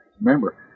Remember